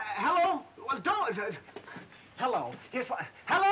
hello hello hello